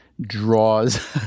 draws